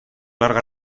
larga